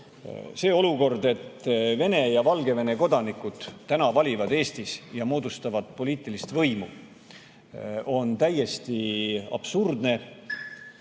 See olukord, et Vene ja Valgevene kodanikud valivad Eestis ja moodustavad poliitilist võimu, on täiesti absurdne.